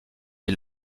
les